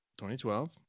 2012